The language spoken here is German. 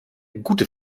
gute